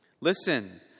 Listen